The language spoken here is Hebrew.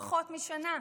פחות משנה.